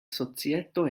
societo